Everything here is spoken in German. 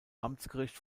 amtsgericht